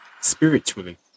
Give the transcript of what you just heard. spiritually